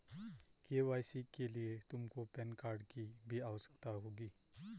KYC के लिए तुमको पैन कार्ड की भी आवश्यकता होगी